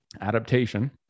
adaptation